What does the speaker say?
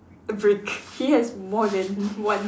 brick he has more than one